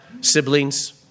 siblings